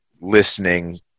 listening